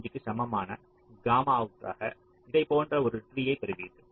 25 க்கு சமமான காமாவுக்காக இதைப் போன்ற ஒரு ட்ரீயைப் பெறுவீர்கள்